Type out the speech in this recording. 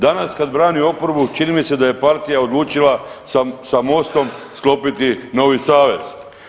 Danas kad brani oporbu, čini mi se da je partija odlučila sa Mostom sklopiti novi savez.